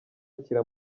yakira